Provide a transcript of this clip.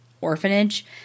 orphanage